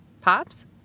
Pops